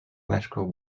electrical